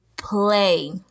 play